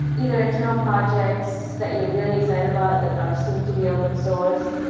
either, internal projects that you're really excited about that are soon to be open-sourced,